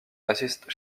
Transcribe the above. assistent